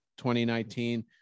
2019